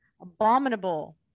abominable